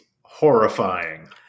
horrifying